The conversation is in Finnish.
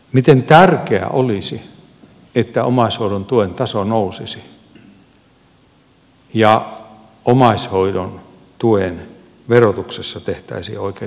miten tärkeää olisi että omaishoidon tuen taso nousisi ja omaishoidon tuen verotuksessa tehtäisiin oikeita ratkaisuja